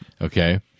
Okay